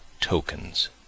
tokens